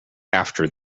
after